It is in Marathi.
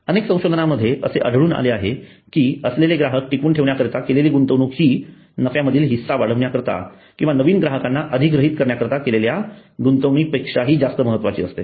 अनेक संशोधनांमध्ये असे आढळून आले आहे असलेले ग्राहक टिकवून ठेवण्याकरिता केलेली गुंतवणूक हि नफ्यामधील हिस्सा वाढविण्याकरिता किंवा नवीन ग्राहकांना अधिग्रहित करण्याकरिता केलेल्या गुंतवणुकी पेक्षाहि जास्त महत्वाचे असते